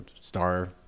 star